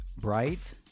Bright